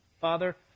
Father